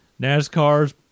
NASCARs